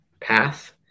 path